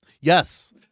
Yes